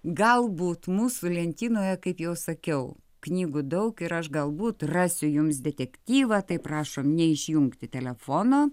galbūt mūsų lentynoje kaip jau sakiau knygų daug ir aš galbūt rasiu jums detektyvą tai prašom neišjungti telefono